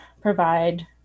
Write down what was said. provide